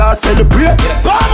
celebrate